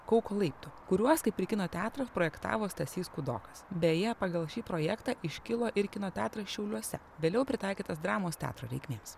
kauko laiptų kuriuos kaip ir kino teatrą projektavo stasys kudokas beje pagal šį projektą iškilo ir kino teatras šiauliuose vėliau pritaikytas dramos teatro reikmėms